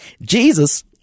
Jesus